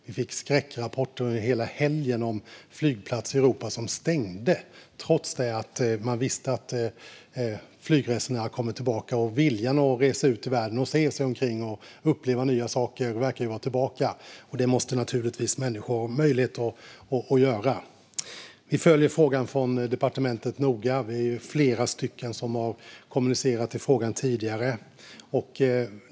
Vi fick skräckrapporter under hela helgen om flygplatser i Europa som stängde trots att man visste att flygresenärerna har kommit tillbaka och vill flyga ut i världen för att se sig omkring och uppleva nya saker. Det måste människor naturligtvis ha möjlighet att göra. Vi följer frågan noga från departementet. Vi är flera som har kommunicerat i frågan tidigare.